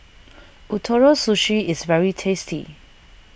Ootoro Sushi is very tasty